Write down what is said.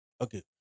Okay